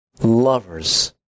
Lovers